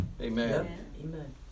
amen